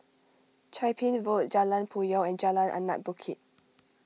Chia Ping Road Jalan Puyoh and Jalan Anak Bukit